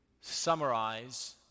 summarize